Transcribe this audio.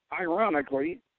Ironically